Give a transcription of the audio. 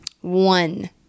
One